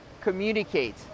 communicate